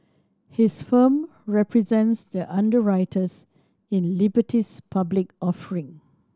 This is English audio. his firm represents the underwriters in Liberty's public offering